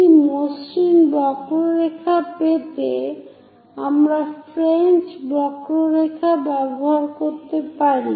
একটি মসৃণ বক্ররেখা পেতে আমরা ফ্রেঞ্চ বক্ররেখা ব্যবহার করতে পারি